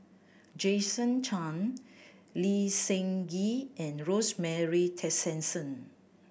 Jason Chan Lee Seng Gee and Rosemary Tessensohn